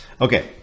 Okay